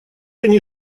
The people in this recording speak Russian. они